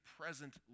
present